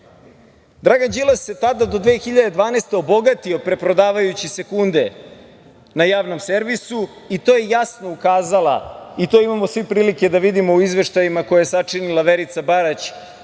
Dragan Đilas se tada, do 2012. godine, obogatio preprodavajući sekunde na javnom servisu i to je jasno ukazala i to imamo svi prilike da vidimo u izveštajima koje je sačinila Verica Barać